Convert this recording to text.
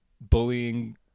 bullying